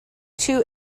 two